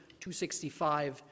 265